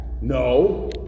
No